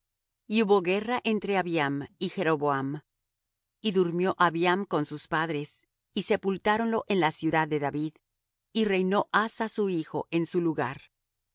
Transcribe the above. y hubo guerra entre abiam y jeroboam y durmió abiam con sus padres y sepultáronlo en la ciudad de david y reinó asa su hijo en su lugar